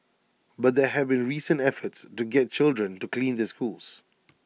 but there have been recent efforts to get children to clean their schools